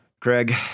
Craig